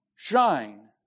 Shine